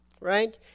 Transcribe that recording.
Right